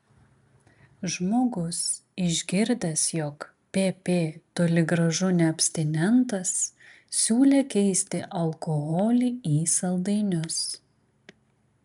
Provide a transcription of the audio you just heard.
žmogus išgirdęs jog pp toli gražu ne abstinentas siūlė keisti alkoholį į saldainius